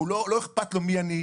לא אכפת לו מי אני.